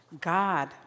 God